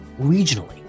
regionally